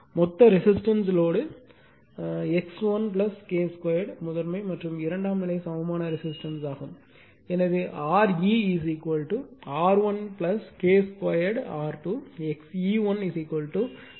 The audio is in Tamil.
மொத்த ரெசிஸ்டன்ஸ் லோடு X1 K 2 முதன்மை மற்றும் இரண்டாம் நிலை சமமான ரெசிஸ்டன்ஸ் ஆகும் எனவே Re R1 K 2 R2 XE1 X1 K 2 X2